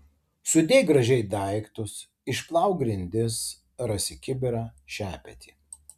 sudėk gražiai daiktus išplauk grindis rasi kibirą šepetį